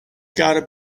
gotta